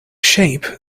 shape